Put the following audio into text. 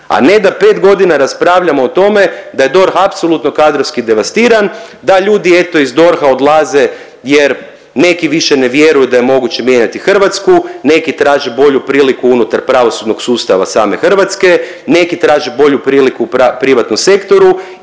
a ne da 5.g. raspravljamo o tome da je DORH apsolutno kadrovski devastiran, da ljudi eto iz DORH-a odlaze jer neki više ne vjeruju da je moguće mijenjati Hrvatsku, neki traže bolju priliku unutar pravosudnog sustava same Hrvatske, neki traže bolju priliku u privatnom sektoru